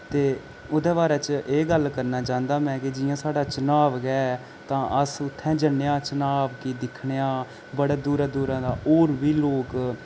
ते ओह्दे बारे च एह् गल्ल करना चांह्दा मैं के जियां साढ़ा चेनाब गै तां अस उत्थै जन्ने आं चेनाब गी दिक्खने आं बड़े दूरै दूरै दा होर बी लोक